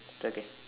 okay